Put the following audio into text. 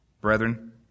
Brethren